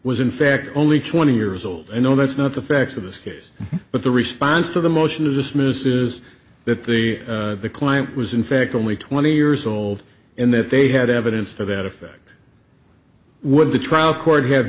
was in fact only twenty years old i know that's not the facts of this case but the response to the motion to dismiss is that the client was in fact only twenty years old and that they had evidence to that effect would the trial court have